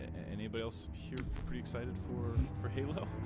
in the bills here pretty excited for for he'll have